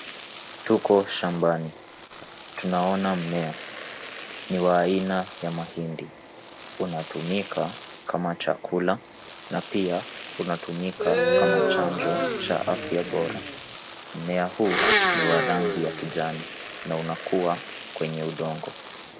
Tuko shambani. Tunaona mmea. Ni wa aina ya mahindi. Unatumika kama chakula, na pia unatumika kama chanjo cha afya bora. Mmea huu ni wa rangi ya kijani na unakua kwenye udongo.